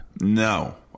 No